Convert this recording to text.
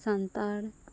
Santal